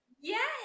Yes